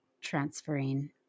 transferring